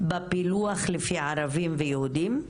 בפילוח לפי ערבים ויהודים?